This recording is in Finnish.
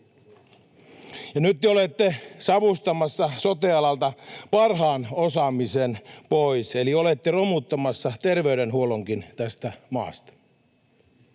nyt te olette savustamassa sote-alalta parhaan osaamisen pois, eli olette romuttamassa terveydenhuollonkin tästä maasta.